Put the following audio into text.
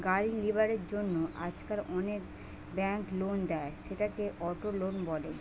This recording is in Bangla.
গাড়ি লিবার জন্য আজকাল অনেক বেঙ্ক লোন দেয়, সেটাকে অটো লোন বলে